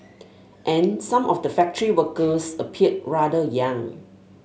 and some of the factory workers appeared rather young